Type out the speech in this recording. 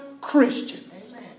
Christians